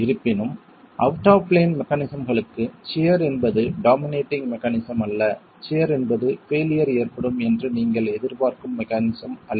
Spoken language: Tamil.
இருப்பினும் அவுட் ஆப் பிளேன் மெக்கானிசம்களுக்கு சியர் என்பது டாமினேட்டிங் மெக்கானிசம் அல்ல சியர் என்பது பெய்லியர் ஏற்படும் என்று நீங்கள் எதிர்பார்க்கும் மெக்கானிசம் அல்ல